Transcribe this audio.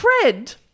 Fred